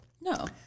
No